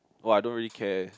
!wah! I don't really care